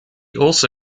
also